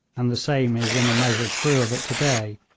and the same is in a measure true of it to-day,